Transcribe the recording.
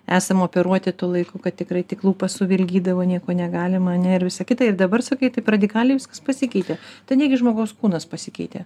esam operuoti tų laikų kad tikrai tik lūpas suvilgydavo nieko negalima ne ir visą kitą ir dabar sakai taip radikaliai viskas pasikeitė tai negi žmogaus kūnas pasikeitė